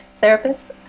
therapist